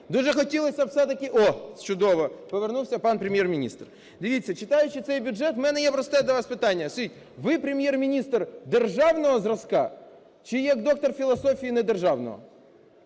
Дуже хотілося все-таки… О, чудово, повернувся пан Прем'єр-міністр. Дивіться, читаючи цей бюджет, у мене є просте до вас питання. Скажіть, ви Прем'єр-міністр державного зразка чи як доктор філософії недержавного?